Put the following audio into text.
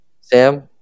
Sam